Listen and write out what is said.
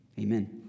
Amen